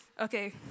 Okay